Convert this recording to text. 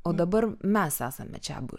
o dabar mes esame čiabuviai